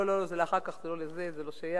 סליחה, זה לאחר כך, זה לא לזה, זה לא שייך.